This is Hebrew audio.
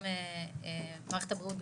גם מערכת הבריאות בכלל,